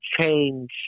change